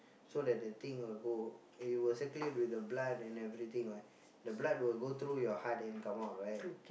so like the thing will go it will circulate with the blood and everything lah the blood will go through your heart and come out right